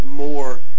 more